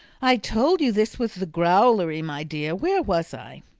i told you this was the growlery, my dear. where was i?